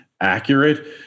accurate